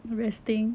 resting